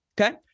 Okay